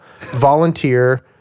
volunteer